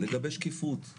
לגבי שקיפות,